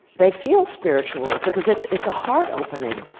they feel spiritual because it's it's a heart opening,